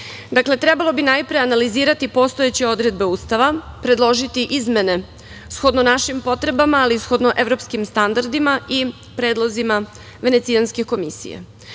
trebalo bi najpre analizirati postojeće odredbe Ustava, predložiti izmene shodno našim potrebama, ali i shodno evropskim standardima i predlozima Venecijanske komisije. Mi